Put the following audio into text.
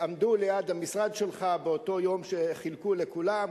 עמדו ליד המשרד שלך באותו יום שחילקו לכולם,